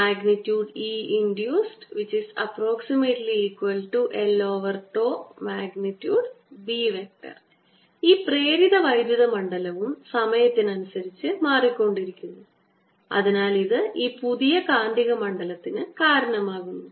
|E|ഇൻഡ്യൂസ്ഡ്l|B| ഈ പ്രേരിത വൈദ്യുത മണ്ഡലവും സമയത്തിനനുസരിച്ച് മാറിക്കൊണ്ടിരിക്കുന്നു അതിനാൽ ഇത് ഈ പുതിയ കാന്തിക മണ്ഡലത്തിന് കാരണമാകുന്നു